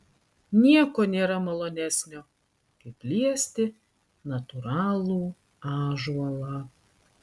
nieko nėra malonesnio kaip liesti natūralų ąžuolą